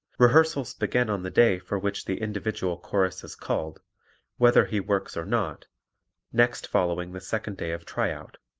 rehearsals begin on the day for which the individual chorus is called whether he works or not next following the second day of tryout.